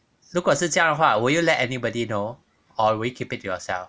如果是这样的话 will you let anybody know or will you keep it to yourself